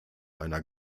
einer